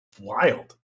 wild